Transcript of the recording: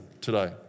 today